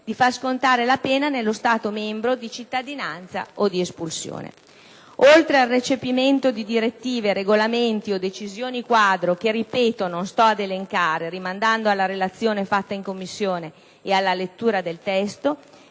di far scontare la pena nello Stato membro di cittadinanza o di espulsione. Oltre al recepimento di direttive, regolamenti o decisioni quadro che - ripeto - non sto ad elencare, rimandando alla relazione fatta in Commissione e alla lettura del testo,